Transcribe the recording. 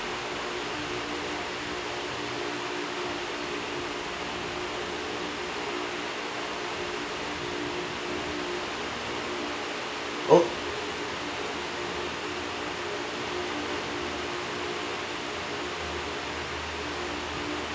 oh